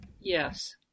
Yes